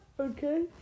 Okay